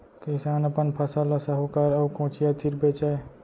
किसान अपन फसल ल साहूकार अउ कोचिया तीर बेचय